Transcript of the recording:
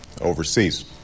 overseas